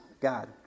God